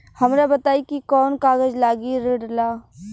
हमरा बताई कि कौन कागज लागी ऋण ला?